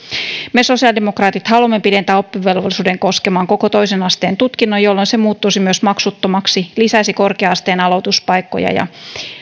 me sosiaalidemokraatit haluamme pidentää oppivelvollisuuden koskemaan koko toisen asteen tutkintoa jolloin se muuttuisi myös maksuttomaksi lisätä korkea asteen aloituspaikkoja ja